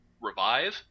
Revive